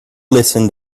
listen